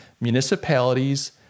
municipalities